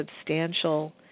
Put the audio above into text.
substantial